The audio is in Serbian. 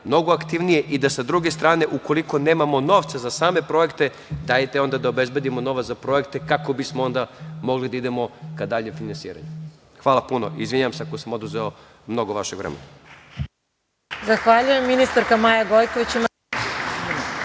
mnogo aktivnije i da sa druge strane, ukoliko nemamo novca za same projekte dajte onda da obezbedimo novac za projekte kako bismo onda mogli da idemo ka daljem finansiranju. Hvala puno. Izvinjavam se ako sam oduzeo mnogo vašeg vremena.